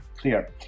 clear